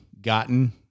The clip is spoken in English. gotten